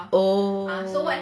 oh